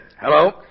Hello